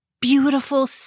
Beautiful